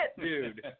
Dude